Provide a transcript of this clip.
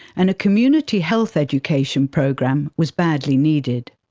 and a community health education program was badly needed.